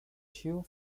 two